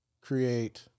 create